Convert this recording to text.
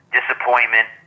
Disappointment